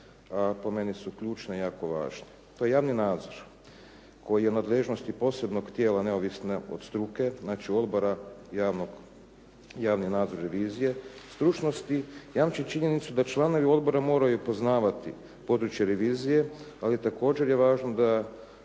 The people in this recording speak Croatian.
a po meni su ključne i jako važne. To je javni nadzor koji je u nadležnosti posebnog tijela neovisno od struke, znači odbora javni nadzor revizije, stručnosti jamči činjenicu da članovi odbora moraju poznavati područje revizije ali također je važno da